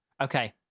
Okay